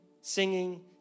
singing